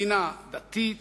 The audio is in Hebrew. מדינה דתית,